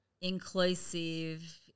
inclusive